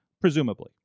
presumably